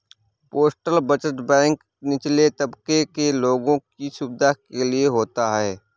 postal बचत bank निचले तबके के लोगों की सुविधा के लिए होता है